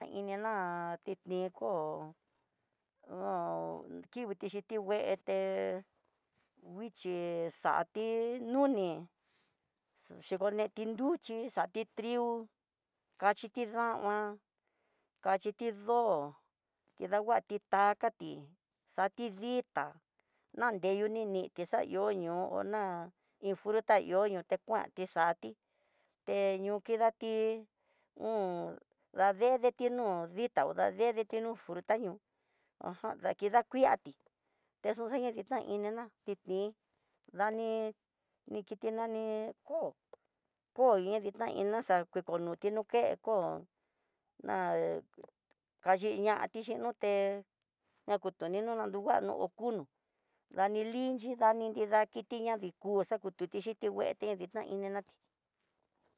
Ta ini ná itndiko ha kinguiti xhiti ngué, té nguixhi xati nuni, xhikoneti nruchi xati trigo kaxhi dama kaxhiti ndó, kidanguati takati ati ditá neneyuni niti xayo'ó ñó na iin fruta ihó note kuanti, xati hé ñu kidati un dade deti nó ditaó dedeti no fruta ña ajan dakidakuiati texaña kinina diin dani kiti nani koo koo ta yitaina xa kue konuti no ké koo jun na kayiñati xhi nute ñakutu ninuna nu nguano okuno nani linxhi ñadi nrida kiti ña diku xatuti na xhi ngué na ndita ininati.